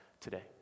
today